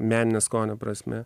meninio skonio prasme